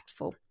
impactful